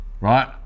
Right